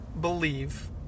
believe